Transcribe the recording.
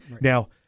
now